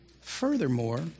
Furthermore